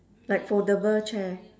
like foldable chair